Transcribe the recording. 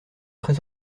très